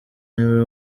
niwe